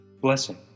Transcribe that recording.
Blessing